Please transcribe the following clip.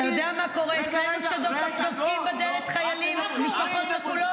אתה יודע מה קורה אצלנו כשדופקים בדלת חיילים ומשפחות שכולות?